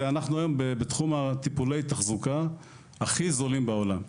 איפה שיש תחרות בתחום טיפולי התחזוקה שם אנחנו היום הכי זולים בעולם,